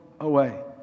away